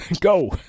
Go